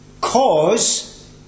cause